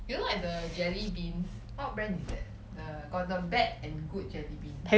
you know like the jelly beans what brand is that the got the bad and good jellybean